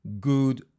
good